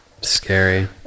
scary